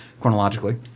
chronologically